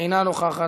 אינה נוכחת.